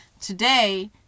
today